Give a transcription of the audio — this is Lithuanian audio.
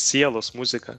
sielos muzika